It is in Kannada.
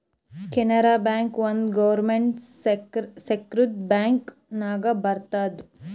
ಕೆನರಾ ಬ್ಯಾಂಕ್ ಒಂದ್ ಗೌರ್ಮೆಂಟ್ ಸೆಕ್ಟರ್ದು ಬ್ಯಾಂಕ್ ನಾಗ್ ಬರ್ತುದ್